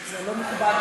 זה לא מכובד,